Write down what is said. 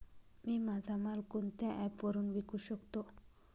मी माझा माल कोणत्या ॲप वरुन विकू शकतो?